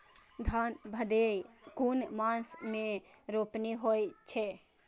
धान भदेय कुन मास में रोपनी होय छै?